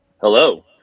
Hello